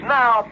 now